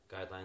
guidelines